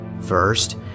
First